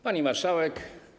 Pani Marszałek!